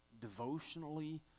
devotionally